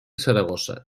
saragossa